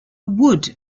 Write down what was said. wood